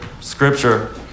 scripture